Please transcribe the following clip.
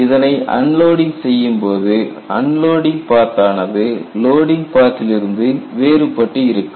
இதனை அன்லோடிங் செய்யும்போது unloading path ஆனது லோடிங் பாத்திலிருந்து வேறுபட்டிருக்கும்